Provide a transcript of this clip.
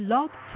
Love